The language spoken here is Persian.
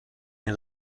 این